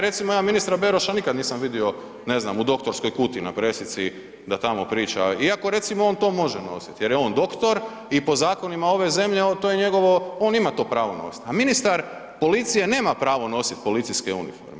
Recimo, ja ministra Beroša nikad nisam vidio, ne znam, u doktorskoj kuti na presici da tamo priči iako recimo on to može nosit jer je on doktor i po zakonima ove zemlje to je njegovo, on ima pravo to nosit, a ministar policije nema pravo nosit policijske uniforme.